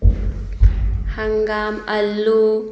ꯍꯪꯒꯥꯝ ꯑꯥꯂꯨ